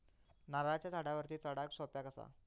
नारळाच्या झाडावरती चडाक सोप्या कसा?